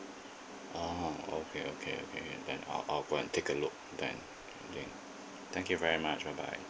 ah okay okay okay then I'll I'll go and take a look then I think thank you very much bye bye